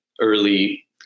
early